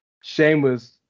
shameless